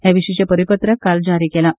हे विशींचे परीपत्रक काल जारी केलां